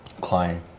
client